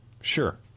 Sure